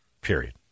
Period